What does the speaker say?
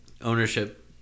ownership